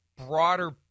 broader